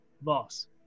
Boss